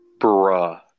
Bruh